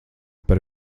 par